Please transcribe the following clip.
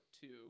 two